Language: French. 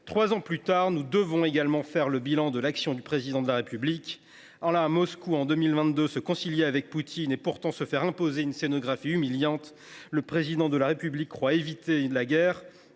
Trois ans plus tard, nous devons également faire le bilan de l’action du Président de la République. Lorsqu’il va à Moscou en 2022 pour se concilier Poutine – où il se fait imposer une scénographie humiliante –, le Président de la République croit éviter la guerre.